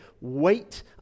wait